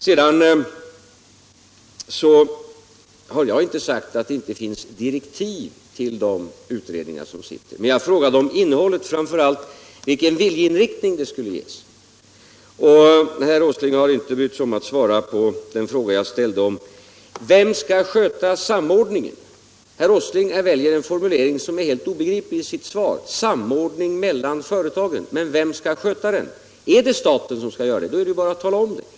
Sedan har jag inte sagt att det inte finns direktiv till de utredningar som pågår. Jag frågade om innehållet, framför allt vilken viljeinriktning utredningarna skulle ges. Herr Åsling har inte brytt sig om att svara på den fråga jag ställde om vem som skall sköta samordningen. Herr Åsling väljer i sitt svar en formulering som är helt obegriplig: samordning mellan företagen. Vem skall sköta den samordningen? Är det staten som skall göra det, är det bara att tala om det.